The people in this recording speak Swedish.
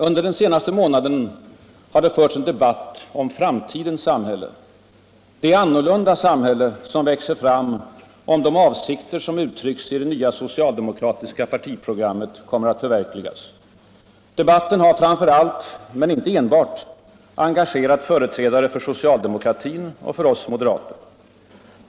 Under den senaste månaden har det förts en debatt om framtidens samhälle, det annorlunda samhälle som växer fram om de avsikter som uttrycks i det nya socialdemokratiska partiprogrammet förverkligas. Debatten har framför allt — men inte enbart — engagerat företrädare för socialdemokratin och för oss moderater.